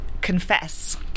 confess